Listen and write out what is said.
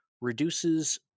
reduces